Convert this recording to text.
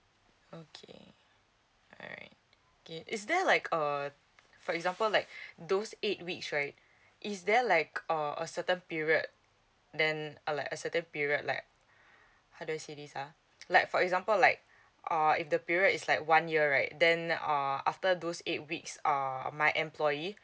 okay alright okay is there like uh for example like those eight weeks right is there like uh a certain period then a like a certain period like how do I say this uh like for example like uh if the period is like one year right then after those eight weeks um my employee